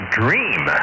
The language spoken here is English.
dream